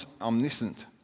omniscient